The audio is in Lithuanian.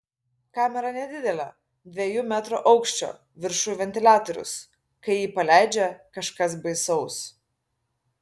kamera nedidelė dviejų metrų aukščio viršuj ventiliatorius kai jį paleidžia kažkas baisaus